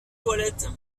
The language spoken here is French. toilette